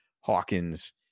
Hawkins